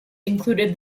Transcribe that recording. included